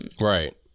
Right